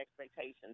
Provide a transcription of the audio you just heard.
expectations